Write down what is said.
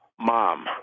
Mom